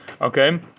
Okay